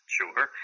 sure